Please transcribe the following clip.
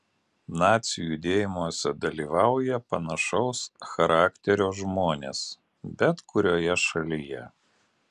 nacių judėjimuose dalyvauja panašaus charakterio žmonės bet kurioje šalyje